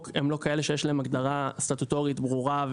הם לא כאלה שיש להם הגדרה סטטוטורית ברורה,